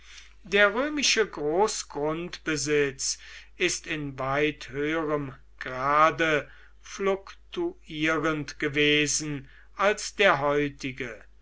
der römische großgrundbesitz ist in weit höherem grade fluktuierend gewesen als der heutige